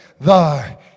Thy